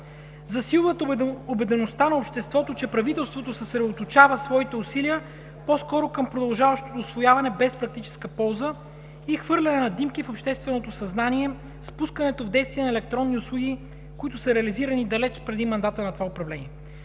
засилват убедеността на обществото, че правителството съсредоточава своите усилия по-скоро към продължаващото усвояване без практическа полза и хвърляне на димки в общественото съзнание с пускането в действие на електронни услуги, които са реализирани далеч преди мандата на това управление.